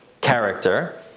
character